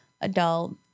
adult